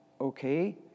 Okay